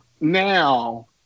now